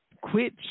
quit